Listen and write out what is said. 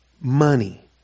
money